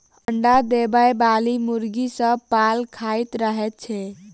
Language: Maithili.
अंडा देबयबाली मुर्गी सभ पाल खाइत रहैत छै